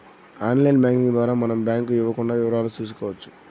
online banking ద్వారా మనం bank ఇవ్వకుండా వివరాలు చూసుకోవచ్చు